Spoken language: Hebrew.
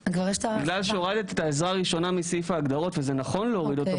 בגלל שהורדת את ה"עזרה ראשונה" מסעיף ההגדרות וזה נכון להוריד אותו,